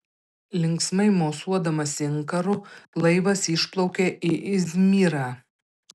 linksmai mosuodamas inkaru laivas išplaukė į izmirą